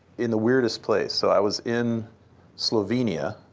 in the weirdest place, so i was in slovenia.